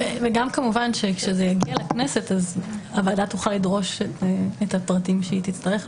וגם כמובן שכשזה יגיע לכנסת אז הוועדה תוכל לדרוש את הפרטים שהיא תצטרך.